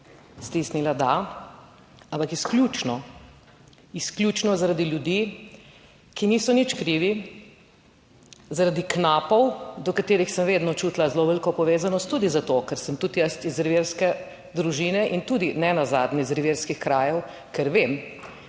stisnila da, ampak izključno, izključno zaradi ljudi, ki niso nič krivi. Zaradi knapov, do katerih sem vedno čutila zelo veliko povezanost, tudi zato, ker sem tudi jaz iz revirske družine in tudi nenazadnje iz revirskih krajev, ker vem,